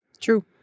True